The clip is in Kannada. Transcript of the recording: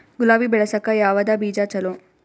ಗುಲಾಬಿ ಬೆಳಸಕ್ಕ ಯಾವದ ಬೀಜಾ ಚಲೋ?